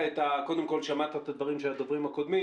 קודם כול, שמעת את הדברים של הדוברים הקודמים.